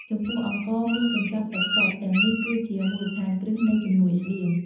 ចំពោះអង្ករ មីកញ្ចប់ ទឹកសុទ្ធ ទាំងនេះគឺជាមូលដ្ឋានគ្រឹះនៃជំនួយស្បៀង។